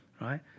right